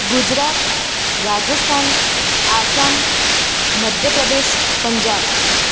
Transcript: Gujarat Rajasthan Assam Madhya Pradesh Punjab